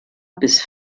bis